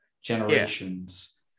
generations